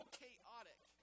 chaotic